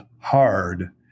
hard